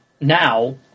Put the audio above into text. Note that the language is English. now